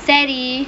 எனக்கு:enakku